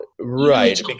Right